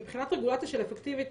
מבחינת רגולציה אפקטיבית,